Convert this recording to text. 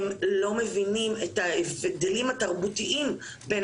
הם לא מבינים את ההבדלים התרבותיים בין